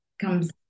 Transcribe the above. comes